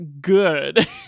good